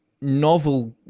novel